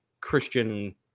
Christian